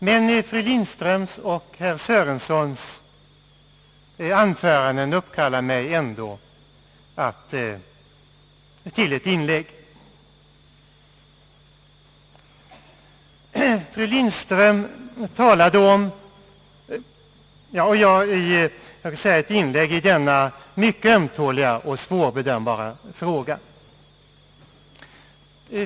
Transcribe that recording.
Men fru Lindströms och herr Sörensons framträdanden uppkallar mig ändå att göra ett inlägg i denna mycket ömtåliga och svårbedömbara fråga.